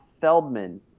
Feldman